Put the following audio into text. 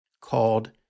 called